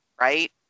right